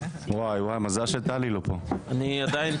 לדעתי,